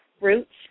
roots